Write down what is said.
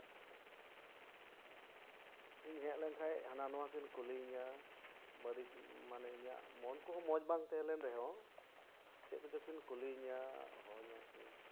ᱤᱧ ᱦᱮᱡᱞᱮᱱ ᱠᱷᱟᱱ ᱦᱟᱱᱟ ᱱᱟᱣᱟᱠᱤᱱ ᱠᱩᱞᱤᱭᱤᱧᱟᱹ ᱵᱟᱨᱤᱠ ᱢᱟᱱᱮ ᱤᱧᱟᱹᱜ ᱢᱚᱱ ᱠᱚᱦᱚᱸ ᱢᱚᱡᱽ ᱵᱟᱝ ᱛᱟᱦᱮᱸᱞᱮᱱ ᱨᱮᱦᱚᱸ ᱪᱮᱫ ᱠᱚᱪᱚᱠᱤᱱ ᱠᱩᱞᱤᱭᱤᱧᱟᱹ ᱦᱚᱦᱚᱣᱟᱹᱧᱟᱹᱠᱤᱱ